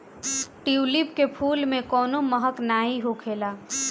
tulip के फूल में कवनो महक नाइ होखेला